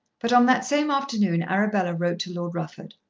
but on that same afternoon arabella wrote to lord rufford.